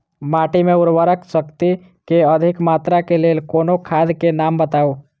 माटि मे उर्वरक शक्ति केँ अधिक मात्रा केँ लेल कोनो खाद केँ नाम बताऊ?